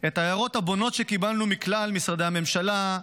את ההערות הבונות שקיבלנו מכלל משרדי הממשלה,